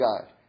God